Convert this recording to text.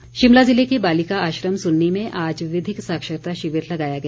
विधिक साक्षरता शिमला जिले के बालिका आश्रम सुन्नी में आज विधिक साक्षरता शिविर लगाया गया